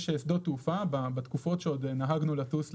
יש שדות תעופה בתקופות שעוד נהגנו לטוס לחו"ל,